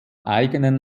eigenen